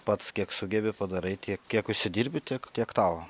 pats kiek sugebi padarai tiek kiek užsidirbi tiek kiek tavo